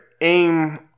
aim